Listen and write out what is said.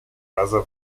раза